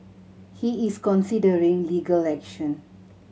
he is considering legal action